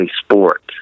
sport